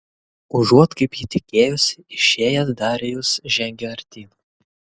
užuot kaip ji tikėjosi išėjęs darijus žengė artyn